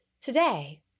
Today